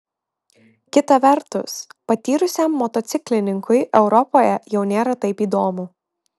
kita vertus patyrusiam motociklininkui europoje jau nėra taip įdomu